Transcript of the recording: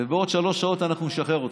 ובעוד שלוש שעות אנחנו נשחרר אותך.